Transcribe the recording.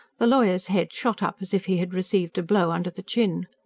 the lawyer's head shot up as if he had received a blow under the chin.